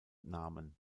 namen